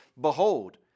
Behold